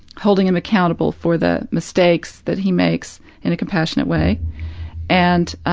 holding him accountable for the mistakes that he makes in a compassionate way and